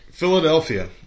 Philadelphia